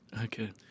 Okay